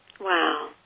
Wow